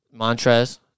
Montrez